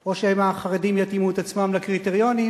או שמא החרדים יתאימו את עצמם לקריטריונים,